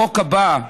בחוק הבא,